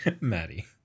Maddie